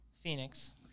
Phoenix